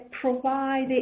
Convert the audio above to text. provide